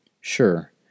Sure